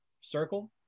circle